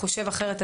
אולי הוא חושב אחרת,